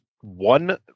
one